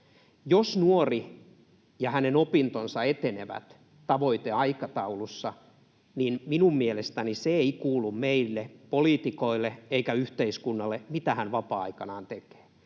Jos nuoren opinnot etenevät tavoiteaikataulussa, minun mielestäni se ei kuulu meille poliitikoille eikä yhteiskunnalle, mitä hän vapaa-aikanaan tekee.